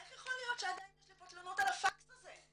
איך יכול להיות שעדיין יש לפה תלונות על הפקס הזה?